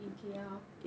in K_L